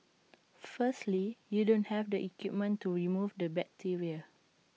firstly you don't have the equipment to remove the bacteria